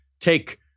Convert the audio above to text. take